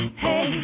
hey